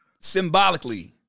symbolically